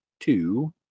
two